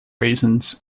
reasons